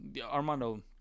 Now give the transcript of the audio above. Armando